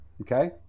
okay